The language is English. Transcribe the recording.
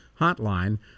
Hotline